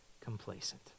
complacent